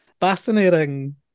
Fascinating